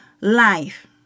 life